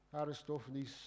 Aristophanes